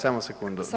samo sekundu.